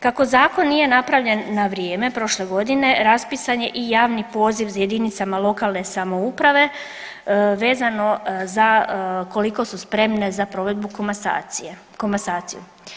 Kako zakon nije napravljen na vrijeme prošle godine raspisan je i javni poziv jedinicama lokalne samouprave vezano za koliko su spremne za provedbu komasacije.